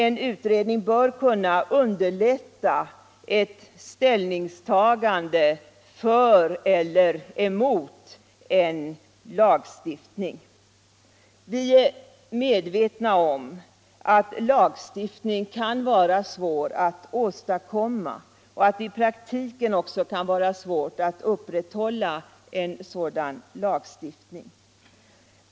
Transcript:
En utredning bör kunna underlätta ett ställningstagande för eller emot en lagstiftning. Vi är medvetna om att lagstiftning kan vara svår att åstadkomma och att det i praktiken också kan vara besvärligt att upprätthålla en sådan lagstiftning.